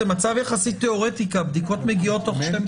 זה מצב יחסית תיאורטי כי הבדיקות מגיעות תוך שעות.